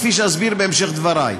כפי שאסביר בהמשך דברי.